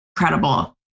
incredible